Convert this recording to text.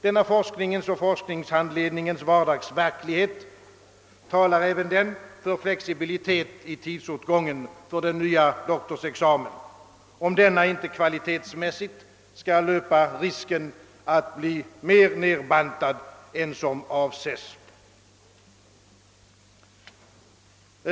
Denna forskningens och forskarhandledningens vardagsverklighet talar även den för en flexibilitet i tidsåtgången för den nya doktorexamen, om denna inte kvalitetsmässigt skall löpa risken att bli mer nedbantad än vad som avses.